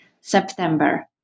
September